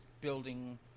building